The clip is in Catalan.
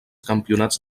campionats